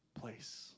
place